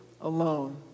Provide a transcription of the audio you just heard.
alone